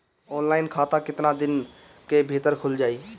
Online खाता केतना दिन के भीतर ख़ुल जाई?